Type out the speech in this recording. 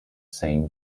same